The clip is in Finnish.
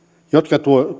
jotka